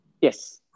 Yes